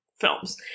films